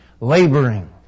laboring